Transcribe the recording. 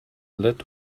let